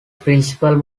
principle